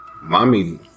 Mommy